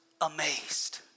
amazed